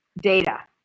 data